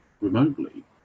remotely